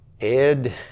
Ed